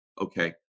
okay